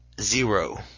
Zero